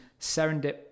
Serendip